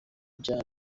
ibyaha